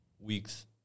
weeks